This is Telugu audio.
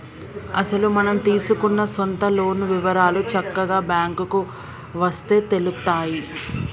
అసలు మనం తీసుకున్న సొంత లోన్ వివరాలు చక్కగా బ్యాంకుకు వస్తే తెలుత్తాయి